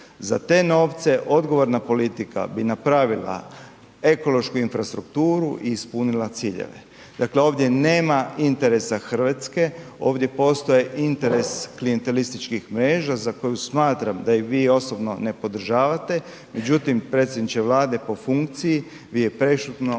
Za te novce odgovorna politika bi napravila ekološku infrastrukturu i ispunila ciljeve. Dakle, ovdje nema interesa RH, ovdje postoji interes klijantelističkih mreža za koju smatram da je i vi osobno ne podržavate, međutim predsjedniče Vlade po funkciji, vi je prešutno odobravate.